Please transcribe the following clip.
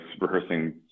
rehearsing